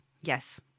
Yes